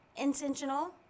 intentional